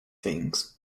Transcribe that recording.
things